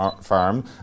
Farm